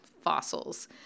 fossils